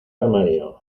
armario